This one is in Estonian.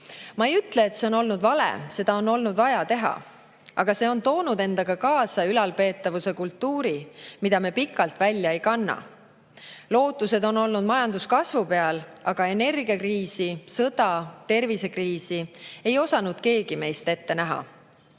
Ma ei ütle, et see on olnud vale, seda on olnud vaja teha. Aga see on toonud endaga kaasa ülalpeetavuskultuuri, mida me pikalt välja ei kanna. Lootused on olnud majanduskasvu peal, aga energiakriisi, sõda, tervisekriisi ei osanud keegi meist ette näha.